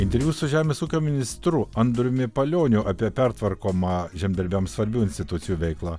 interviu su žemės ūkio ministru andriumi palioniu apie pertvarkomą žemdirbiams svarbių institucijų veiklą